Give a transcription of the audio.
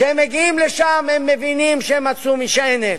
כשהם מגיעים לשם הם מבינים שהם מצאו משענת.